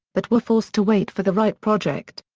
but were forced to wait for the right project.